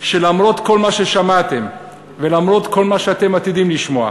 שלמרות כל מה ששמעתם ולמרות כל מה שאתם עתידים לשמוע,